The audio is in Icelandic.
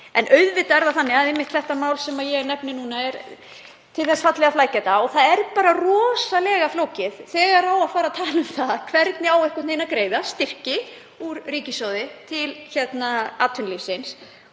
En auðvitað er það þannig að einmitt þetta mál sem ég nefni núna er til þess fallið að flækja þetta og það er bara rosalega flókið þegar á að fara að tala um það hvernig á að greiða styrki úr ríkissjóði til atvinnulífsins.